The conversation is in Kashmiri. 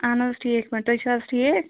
اَہن حظ ٹھیٖک پٲٹھۍ تُہۍ چھُو حظ ٹھیٖک